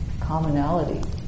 commonality